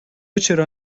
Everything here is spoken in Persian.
چرا